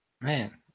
Man